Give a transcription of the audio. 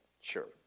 sure